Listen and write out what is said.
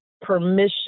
permission